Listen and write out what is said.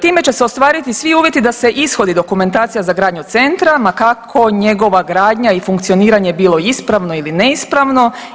Time će se ostvariti svi uvjeti da se ishodi dokumentacija za gradnju centra ma kako njegova gradnja i funkcioniranje bilo ispravno ili neispravno.